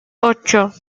ocho